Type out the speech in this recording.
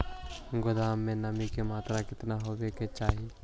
गोदाम मे नमी की मात्रा कितना होबे के चाही?